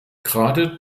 gerade